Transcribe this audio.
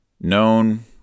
known